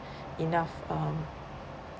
enough um